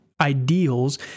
ideals